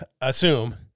assume